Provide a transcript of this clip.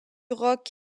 rock